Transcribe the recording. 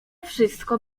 wszystko